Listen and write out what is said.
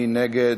מי נגד?